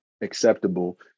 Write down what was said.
acceptable